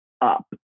up